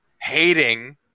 hating